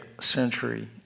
century